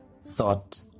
thought